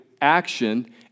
action